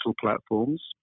platforms